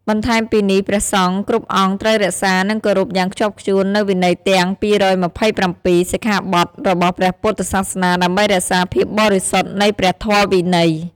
បន្ថែមពីនេះ ព្រះសង្ឃគ្រប់អង្គត្រូវរក្សា និងគោរពយ៉ាងខ្ជាប់ខ្ជួននូវវិន័យទាំង ២២៧ សិក្ខាបទរបស់ព្រះពុទ្ធសាសនាដើម្បីរក្សាភាពបរិសុទ្ធនៃព្រះធម៌វិន័យ។